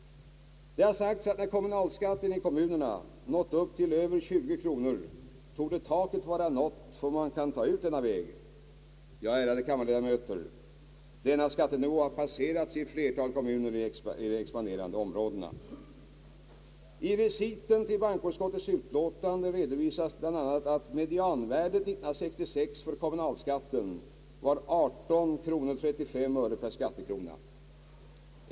Det har sagts att när kommunalskatten i kommunerna nått upp till över 20 kronor torde taket vara nått för vad man kan ta ut denna väg — ja, ärade kammarledamöter, denna skattenivå har passerats av ett flertal kommuner i de expanderande områdena. I reciten till bankoutskottets utlåtande redovisas bl.a. att medianvärdet 1966 för kommunalskatten var 18:35 per skattekrona.